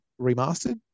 remastered